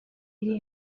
iri